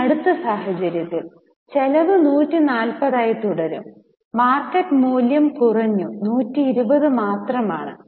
ഇനി അടുത്ത സാഹചര്യത്തിൽ ചെലവ് 140 ആയി തുടരും മാർക്കറ്റ് മൂല്യം കുറഞ്ഞു 120 മാത്രമാണ്